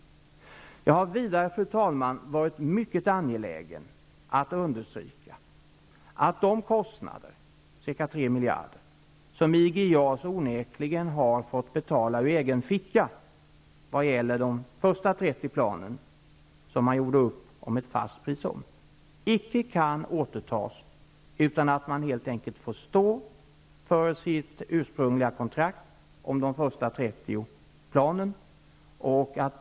Vidare har jag, fru talman, varit mycket angelägen om att understryka att de kostnader, ca 3 miljarder, som IG JAS onekligen har fått bestrida ur egen ficka vad gäller de första 30 planen, där man gjorde upp om ett fast pris, icke kan återtas. Man får helt enkelt stå för sitt ursprungliga kontrakt om de första 30 planen.